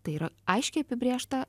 tai yra aiškiai apibrėžta